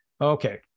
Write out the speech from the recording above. Okay